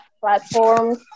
platforms